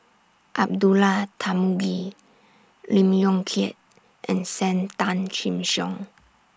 Abdullah Tarmugi Lee Yong Kiat and SAM Tan Chin Siong